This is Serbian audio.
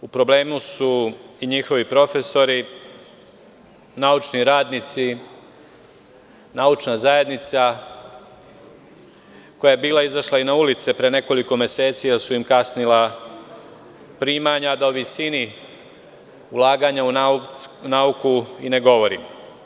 U problemu su i njihovi profesori, naučni radnici, naučna zajednica koja je bila izašla i na ulice pre nekoliko meseci, jer su im kasnila primanja, a da o visini ulaganja u nauku i ne govorim.